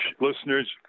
Listeners